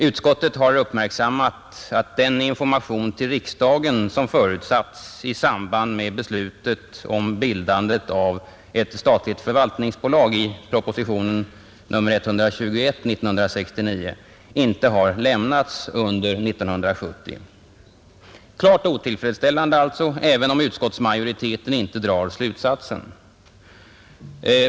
Utskottet har uppmärksammat att den information till riksdagen som förutsatts i samband med beslutet om bildandet av ett statligt förvaltningsbolag i propositionen 121 år 1969 inte har lämnats under 1970. 31 Klart otillfredsställande alltså, även om utskottsmajoriteten inte drar slutsatsen.